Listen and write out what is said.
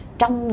trong